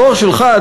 בתואר שלך,